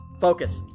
Focus